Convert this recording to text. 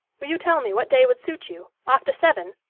will you tell me what day would suit you, after seven?